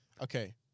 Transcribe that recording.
Okay